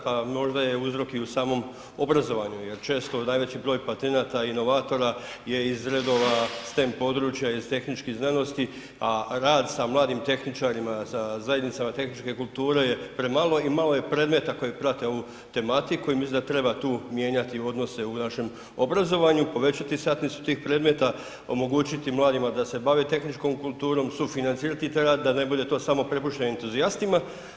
Pa možda je uzrok i u samom obrazovanju jer često najveći broj patenata inovatora je iz redova STEM područja iz tehničkih znanosti a rad sa mladim tehničarima, sa zajednicama tehničke kulture je premalo i malo je predmeta koji prate ovu tematiku i mislim da treba tu mijenjati odnose u našem obrazovanju, povećati satnicu tih predmeta, omogućiti mladima da se bave tehničkom kulturom, sufinancirati taj rad da ne bude to samo prepušteno entuzijastima.